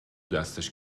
دستش